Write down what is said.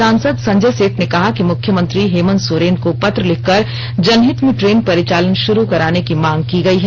सांसद संजय सेठ ने कहा कि मुख्यमंत्री हेमंत सोरेन को पत्र लिख कर जनहित में ट्रेन परिचालन शुरू कराने की मांग की गयी है